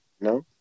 No